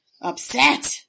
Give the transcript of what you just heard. Upset